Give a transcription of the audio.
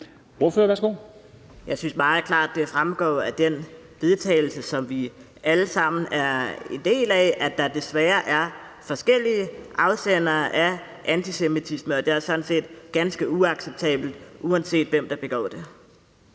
Jeg synes meget klart, at det er fremgået af det forslag til vedtagelse, som vi alle sammen er en del af, at der desværre er forskellige afsendere af antisemitisme, og det er sådan set ganske uacceptabelt, uanset hvem der begår det.